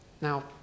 Now